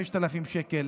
5,000 שקל.